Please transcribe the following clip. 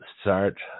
start